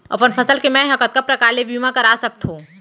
अपन फसल के मै ह कतका प्रकार ले बीमा करा सकथो?